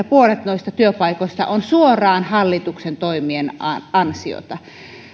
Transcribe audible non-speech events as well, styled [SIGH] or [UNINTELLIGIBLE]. [UNINTELLIGIBLE] puolet noista työpaikoista on suoraan hallituksen toimien ansiota